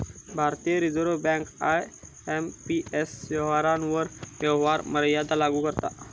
भारतीय reserve bank IMPS व्यवहारांवर व्यवहार मर्यादा लागू करता